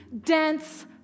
dense